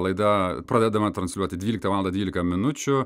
laida pradedama transliuoti dvyliktą valandą dvylika minučių